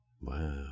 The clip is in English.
Wow